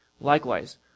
Likewise